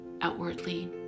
outwardly